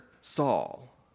Saul